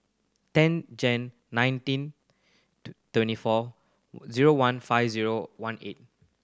ten Jan nineteen twenty four zero one five zero one eight